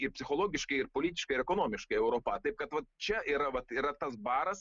ir psichologiškai ir politiškai ir ekonomiškai europa taip kad vat čia yra vat yra tas baras